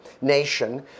nation